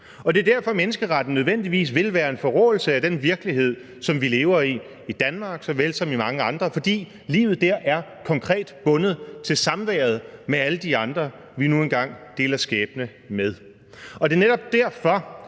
Og det er derfor, at menneskerettigheder nødvendigvis vil være en forråelse af den virkelighed, som vi lever i i Danmark såvel som i mange andre lande, fordi livet dér konkret er bundet til samværet med alle de andre, som vi nu engang deler skæbne med. Og det er netop derfor,